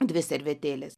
dvi servetėlės